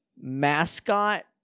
mascot